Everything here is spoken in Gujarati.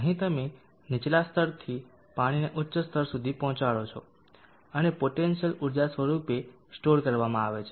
અહીં તમે નીચલા સ્તરથી પાણીને ઉચ્ચ સ્તર સુધી પહોચાડે છે અને પોટેન્શીયલ ઊર્જા સ્વરૂપે સ્ટોર કરવામાં આવે છે